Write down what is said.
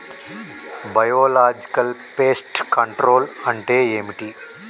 Biological pest control అంటే ఏమిటి?